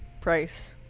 Price